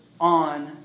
on